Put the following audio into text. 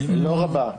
לא רבה.